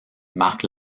marque